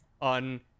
on